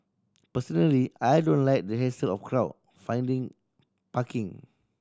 personally I don't like the hassle of crowd finding parking